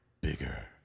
bigger